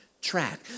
track